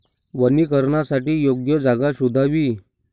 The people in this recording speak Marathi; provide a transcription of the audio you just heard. वनीकरणासाठी योग्य जागा शोधावी